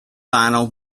final